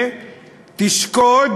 תשקוד